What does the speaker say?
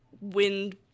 wind